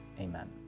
amen